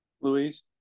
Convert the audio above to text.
Louise